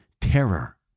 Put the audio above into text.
terror